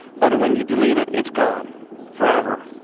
but when you delete it, it's gone forever.